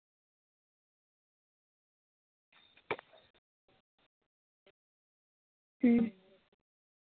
ᱦᱩᱸ